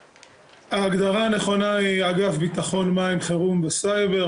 ההגדרה הנכונה היא אגף ביטחון מים, חירום וסייבר.